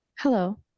Hello